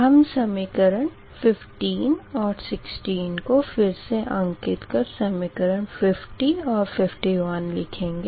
हम समीकरण 15 और 16 को फिर से अंकित कर समीकरण 50 और 51 लिखेंगे